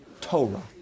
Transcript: Torah